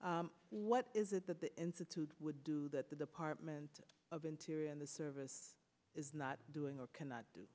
what is it that the institute would do that the department of interior and the service is not doing or cannot do